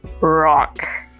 Rock